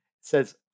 says